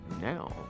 now